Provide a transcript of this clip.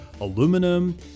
aluminum